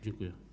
Dziękuję.